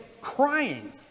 crying